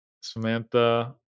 Samantha